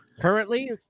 currently